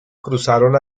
cruzaron